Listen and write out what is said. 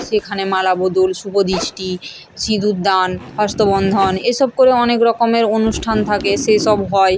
সেখানে মালা বদল শুভ দৃষ্টি সিঁদুরদান হস্তবন্ধন এসব করে অনেক রকমের অনুষ্ঠান থাকে সেসব হয়